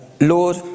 lord